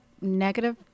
negative